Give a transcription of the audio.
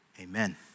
Amen